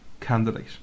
candidate